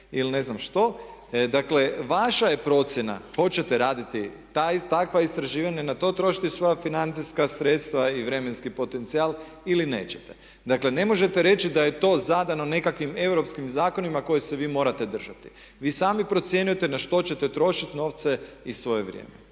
ili ne znam što, dakle vaša je procjena hoćete raditi takva istraživanja, na to trošiti svoja financijska sredstva i vremenski potencijal ili nećete. Dakle, ne možete reći da je to zadano nekakvim europskim zakonima kojih se vi morate držati. Vi sami procjenjujete na što ćete trošiti novce i svoje vrijeme.